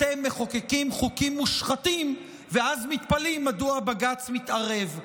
אתם מחוקקים חוקים מושחתים ואז מתפלאים מדוע בג"ץ מתערב.